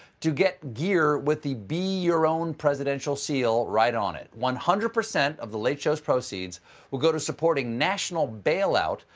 to get gear with the be your own presidential seal on it. one hundred percent of the late show's proceeds will go to supporting national bail out,